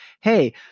hey